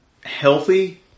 healthy